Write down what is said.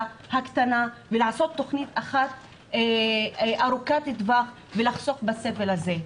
הקטנה ולעשות תכנית אחת ארוכת טווח ולחסוך את הסבל הזה.